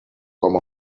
com